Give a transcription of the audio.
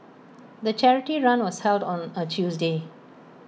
the charity run was held on A Tuesday